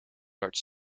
large